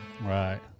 Right